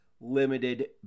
limited